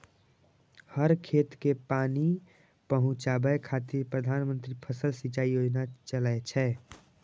हर खेत कें पानि पहुंचाबै खातिर प्रधानमंत्री फसल सिंचाइ योजना चलै छै